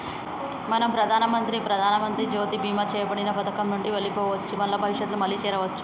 మనం ప్రధానమంత్రి ప్రధానమంత్రి జ్యోతి బీమా చేయబడిన పథకం నుండి వెళ్లిపోవచ్చు మల్ల భవిష్యత్తులో మళ్లీ చేరవచ్చు